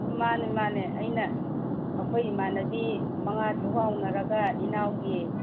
ꯎꯝ ꯃꯥꯅꯦ ꯃꯥꯅꯦ ꯑꯩꯅ ꯑꯩꯈꯣꯏ ꯏꯃꯥꯟꯅꯕꯤ ꯃꯉꯥ ꯃꯔꯨꯛ ꯍꯧꯅꯔꯒ ꯏꯅꯥꯎꯒꯤ